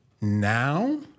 now